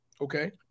Okay